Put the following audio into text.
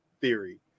theory